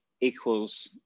equals